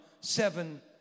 seven